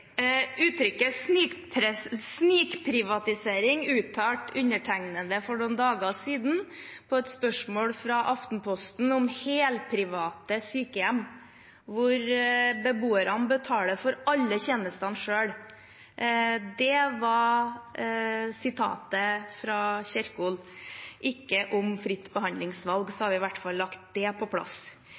Uttrykket «snikprivatisering» uttalte undertegnede for noen dager siden på et spørsmål fra Aftenposten om helprivate sykehjem, hvor beboerne betaler for alle tjenestene selv. Det var sitatet fra Kjerkol, ikke om fritt behandlingsvalg. Så har vi i hvert fall lagt det på plass.